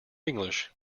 english